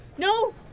No